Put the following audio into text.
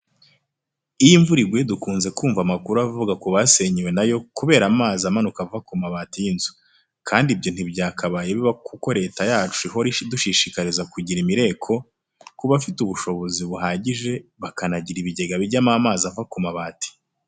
Iyo imvura iguye dukunze kumva amakuru avuga ku basenyewe na yo kubera amazi amanuka ava ku mabati y'inzu. Kandi ibyo ntibyakabaye biba kuko Leta yacu ihora idushishikariza kugira imireko, kubafite ubushobozi buhagije bakanagira ibigega bijyamo amazi ava ku mabati.